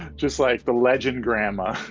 just like the legend grandma.